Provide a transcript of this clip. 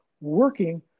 working